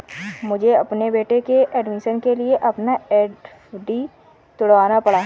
मुझे अपने बेटे के एडमिशन के लिए अपना एफ.डी तुड़वाना पड़ा